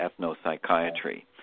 ethno-psychiatry